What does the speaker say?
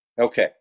Okay